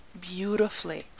beautifully